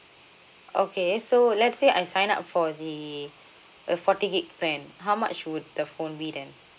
okay so let's say I sign up for the a forty gigabyte plan how much would the phone be then